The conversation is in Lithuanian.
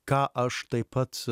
ką aš taip pat